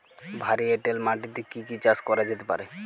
ভারী এঁটেল মাটিতে কি কি চাষ করা যেতে পারে?